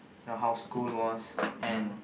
you know how school was and